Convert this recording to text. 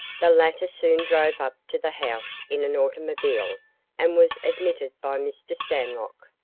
the latter soon drove up to the house in an automobile and was admitted by mr. stanlock.